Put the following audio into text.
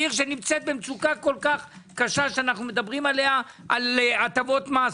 עיר שנמצאת במצוקה כל כך קשה שאנחנו מדברים על הטבות מס,